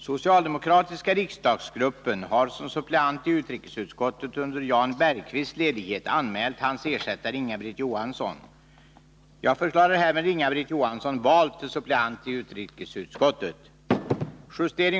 Socialdemokratiska riksdagsgruppen har som suppleant i utrikesutskottet under Jan Bergqvists ledighet anmält hans ersättare Inga-Britt Johansson.